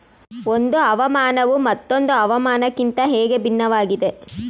ಒಂದು ಹವಾಮಾನವು ಮತ್ತೊಂದು ಹವಾಮಾನಕಿಂತ ಹೇಗೆ ಭಿನ್ನವಾಗಿದೆ?